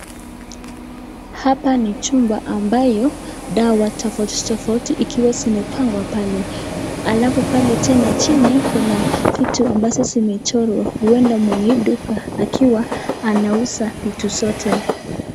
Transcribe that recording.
Hapa ni chumba ambaye dawa tafauti tafauti ikiwa zikiwa zimepangwa pale alafu tena pale kuna vitu ambazo zimechorwa huenda mwenye hii duka akiwa anauza vitu zote.